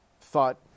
thought